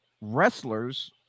wrestlers